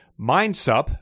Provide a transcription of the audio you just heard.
MindSup